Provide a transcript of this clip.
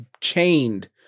chained